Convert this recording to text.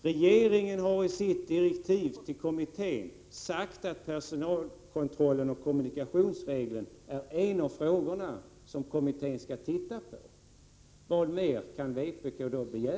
Regeringen har i sina direktiv till kommittén sagt att personalkontrollen och kommunikationsregeln är en av de frågor som kommittén skall titta på. Vad mer kan vpk då begära?